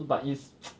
so but it's